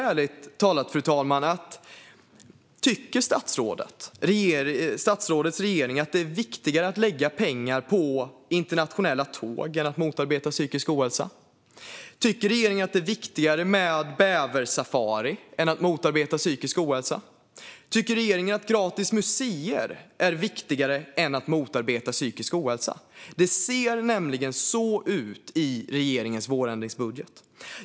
Ärligt talat, fru talman: Tycker statsrådets regering att det är viktigare att lägga pengar på internationella tåg än att motarbeta psykisk ohälsa? Tycker regeringen att det är viktigare med bäversafari än att motarbeta psykisk ohälsa? Tycker regeringen att gratis museer är viktigare än att motarbeta psykisk ohälsa? Det ser nämligen så ut i regeringens vårändringsbudget.